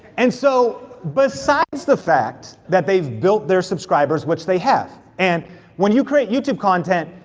and so, besides the fact that they've built their subscribers, which they have, and when you create youtube content,